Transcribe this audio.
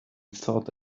thought